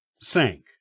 sank